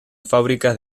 fábricas